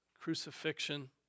crucifixion